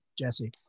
Jesse